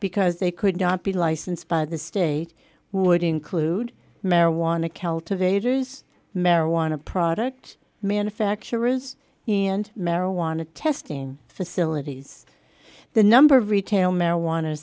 because they could not be licensed by the state would include marijuana kelter vader's marijuana product manufacturers and marijuana testing facilities the number of retail marijuana